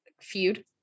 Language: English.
Feud